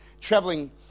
traveling